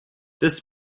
this